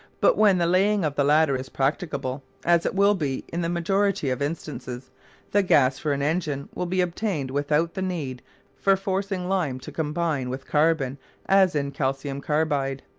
but when the laying of the latter is practicable as it will be in the majority of instances the gas for an engine will be obtainable without the need for forcing lime to combine with carbon as in calcium carbide.